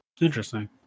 Interesting